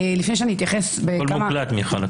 הכול מוקלט, מיכל.